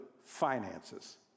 finances